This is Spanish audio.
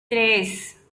tres